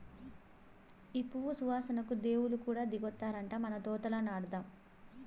ఈ పువ్వు సువాసనకు దేవుళ్ళు కూడా దిగొత్తారట మన తోటల నాటుదాం